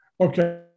Okay